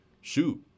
shoot